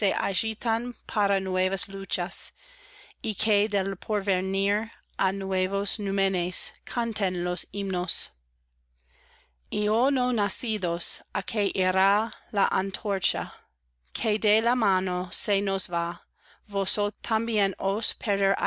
para nuevas luchas y que de porvenir á nuevos númenes canten los himnos y oh no nacidos á que irá la antorcha que de la mano se nos va